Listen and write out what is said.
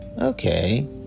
Okay